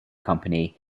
company